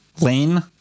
lane